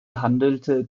handelte